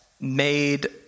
made